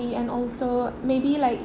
~ly and also maybe like